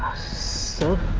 sir.